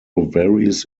varies